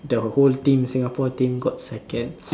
the whole team Singapore team got second